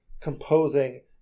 composing